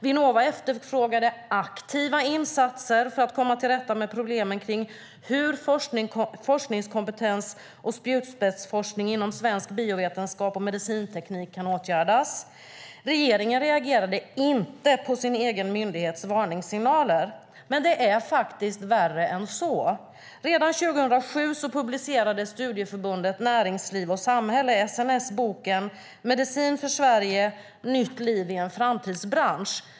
Vinnova efterfrågade aktiva insatser för att komma till rätta med problemen kring forskningskompetens och spjutspetsforskning inom svensk biovetenskap och medicinteknik. Regeringen reagerade inte på sin egen myndighets varningssignaler, men det är faktiskt värre än så. Redan 2007 publicerade Studieförbundet Näringsliv och Samhälle, SNS, boken Medicin för Sverige! Nytt liv i en framtidsbransch .